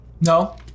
No